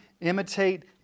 imitate